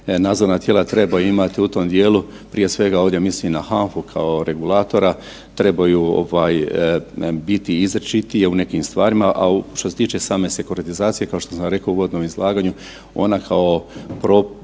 nadzorna tijela trebaju imati u tom dijelu, prije svega ovdje mislim na HANFA-u kao regulatora, trebaju ovaj biti izričitiji u nekim stvarima, a u, što se tiče same sekoritizacije kao što sam rekao u uvodnom izlaganju, ona kao norma,